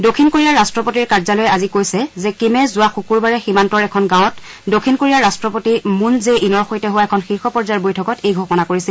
দক্ষিণ কোৰিয়াৰ ৰাট্টপতিৰ কাৰ্যলয়ে আজি কৈছে যে কিমে যোৱা শুকুৰবাৰে সীমান্তৰ এখন গাঁৱত দক্ষিণ কোৰিয়াৰ ৰট্টপতি মুন জে ইনৰ সৈতে হোৱা এখন শীৰ্ষ পৰ্যায়ৰ বৈঠকত এই ঘোষণা কৰিছিল